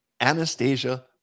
Anastasia